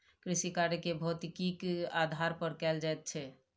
कृषिकार्य के भौतिकीक आधार पर कयल जाइत छै